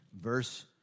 verse